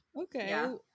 okay